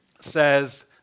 says